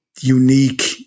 unique